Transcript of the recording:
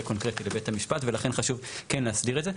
קונקרטי לבית המשפט ולכן חשוב כן להסדיר את זה.